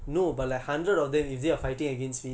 you think otters are like so easy ah